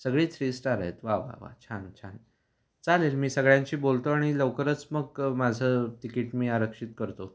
सगळी three star आहेत वा वा वा छान छान चालेल मी सगळ्यांशी बोलतो आणि लवकरच मग माझं तिकीट मी आरक्षित करतो